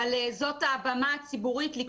אבל זאת הבמה הציבורית לקרוא למשרדי הממשלה לעשות את זה.